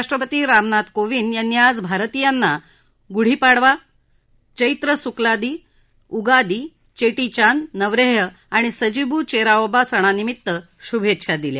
राष्ट्रपती रामनाथ कोविंद यांनी आज भारतीयांना गुढीपाडवा चैत्र सुकलाडी उगाडी चेटीचांद नवरेह आणि सजीबु चेराओबा सणानिमित्त शुभेच्छा दिल्या